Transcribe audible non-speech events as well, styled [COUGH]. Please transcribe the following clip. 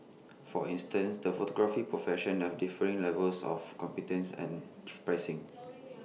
for instance the photography profession have differing levels of competence and [NOISE] pricing